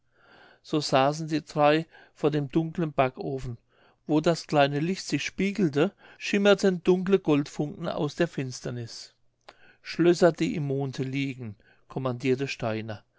so saßen die drei vor dem dunklen backofen wo das kleine licht sich spiegelte schimmerten dunkle goldfunken aus der finsternis schlösser die im monde liegen kommandierte steiner